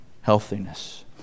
healthiness